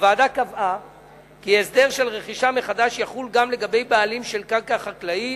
הוועדה קבעה כי הסדר של רכישה מחדש יחול גם לגבי בעלים של קרקע חקלאית,